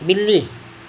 बिल्ली